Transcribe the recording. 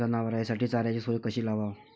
जनावराइसाठी चाऱ्याची सोय कशी लावाव?